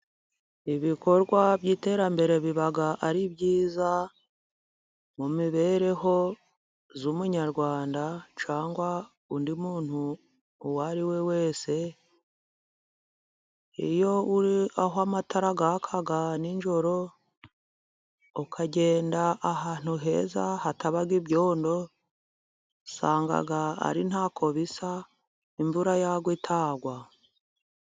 Ibikorwa by'iterambere biba ari byiza mu mibereho z'umunyarwanda cyangwa undi muntu uwo ari we wese, iyo uri aho amatara yaka nijoro, ukagenda ahantu heza hataba ibyondo usanga ari ntako bisa, imvura yagwa, itagwa.